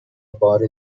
بار